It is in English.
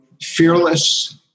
fearless